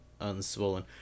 Unswollen